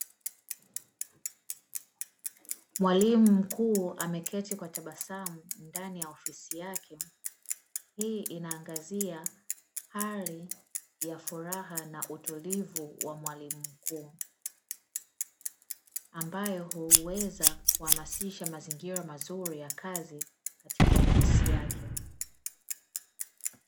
Mwalimu mkuu ameketi kwa tabasamu ndani ya ofisi yake, hii inaangazia hali ya furaha na utulivu wa mwalimu mkuu, mbayo huweza kuhamasisha mazingira mazuri ya kazi katika ofisi yake.